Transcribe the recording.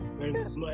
Yes